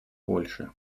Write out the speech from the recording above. польши